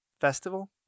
festival